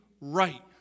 right